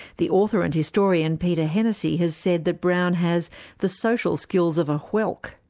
the author and historian peter hennessy has said that brown has the social skills of a whelk.